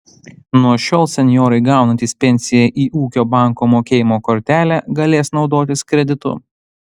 nuo šiol senjorai gaunantys pensiją į ūkio banko mokėjimo kortelę galės naudotis kreditu